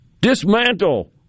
dismantle